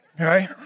okay